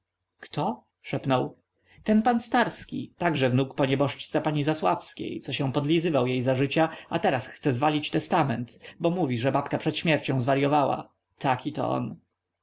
kto szepnął ten pan starski także wnuk po nieboszczce pani zasławskiej co się podlizywał jej za życia a teraz chce zwalić testament bo mówi że babka przed śmiercią zwaryowała taki to